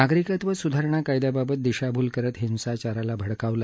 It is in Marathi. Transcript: नागरिकत्व सुधारणा कायद्याबाबत दिशाभूल करत हिसाचाराला भडकावलं